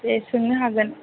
दे सोंनो हागोन